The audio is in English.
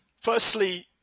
firstly